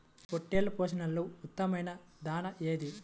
పొట్టెళ్ల పోషణలో ఉత్తమమైన దాణా ఏది?